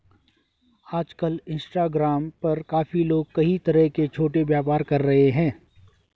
आजकल इंस्टाग्राम पर काफी लोग कई तरह के छोटे व्यापार कर रहे हैं